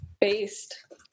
based